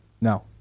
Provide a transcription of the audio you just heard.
No